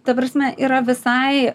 ta prasme yra visai